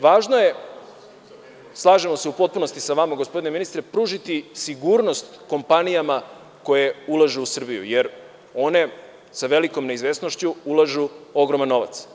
Važno je, slažemo se u potpunosti sa vam gospodine ministre pružiti sigurnost kompanijama koje ulažu u Srbiju, jer one sa velikom neizvesnošću ulažu ogroman novac.